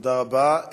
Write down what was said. תודה רבה.